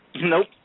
Nope